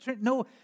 No